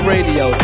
Radio